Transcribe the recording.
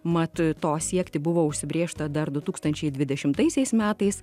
mat to siekti buvo užsibrėžta dar du tūkstančiai dvidešimtaisiais metais